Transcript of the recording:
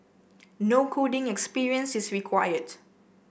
no coding experience is required